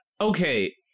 okay